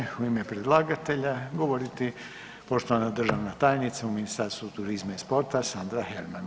A sada će u ime predlagatelja govoriti poštovana državna tajnica u Ministarstvu turizma i sporta Sandra Herman.